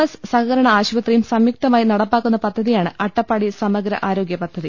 S സഹകരണ ആശുപത്രിയും സംയുക്തമായി നടപ്പാക്കുന്ന പദ്ധതിയാണ് അട്ടപ്പാടി സമഗ്ര ആരോഗ്യ പദ്ധതി